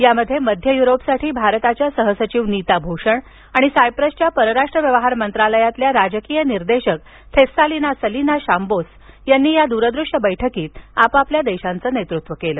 यामध्ये मध्य युरोपसाठी भारताच्या सह सचिव नीता भूषण आणि सायप्रसच्या परराष्ट्र व्यवहार मंत्रालयातल्या राजकीय निर्देशक थेस्सालिया सलिना शाम्बोस यांनी या द्रदृश्य बैठकीत आपापल्या देशांचं नेतृत्व केलं